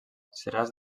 seràs